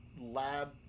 lab